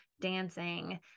dancing